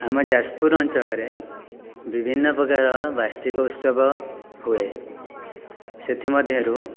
ଆମ ଯାଜପୁର ଅଞ୍ଚଳରେ ବିଭିନ୍ନପ୍ରକାର ବାର୍ଷିକଉତ୍ସବ ହୁଏ ସେଥିମଧ୍ୟରୁ